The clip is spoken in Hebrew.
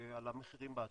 על המחירים בעתיד.